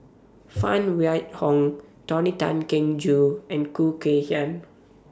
Phan Wait Hong Tony Tan Keng Joo and Khoo Kay Hian